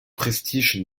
prestige